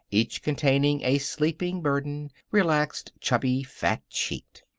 each containing a sleeping burden, relaxed, chubby, fat-cheeked.